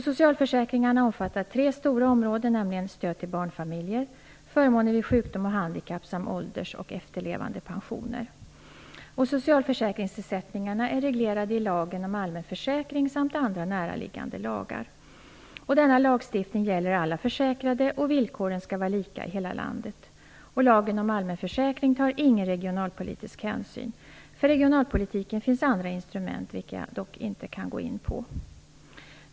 Socialförsäkringarna omfattar tre stora områden, nämligen stöd till barnfamiljer, förmåner vid sjukdom och handikapp samt ålders och efterlevandepensioner. Socialförsäkringsersättningarna är reglerade i lagen om allmän försäkring samt andra närliggande lagar. Denna lagstiftning gäller alla försäkrade, och villkoren skall vara lika i hela landet. Lagen om allmän försäkring tar ingen regionalpolitisk hänsyn. För regionalpolitiken finns andra instrument, vilka jag dock inte kan gå in på.